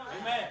Amen